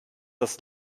das